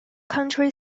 country